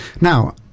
now